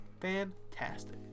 Fantastic